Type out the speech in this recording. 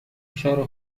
فشار